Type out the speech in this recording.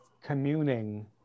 communing